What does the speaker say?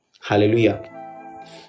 hallelujah